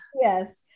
Yes